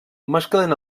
mesclen